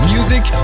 Music